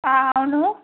అవును